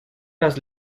las